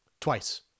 twice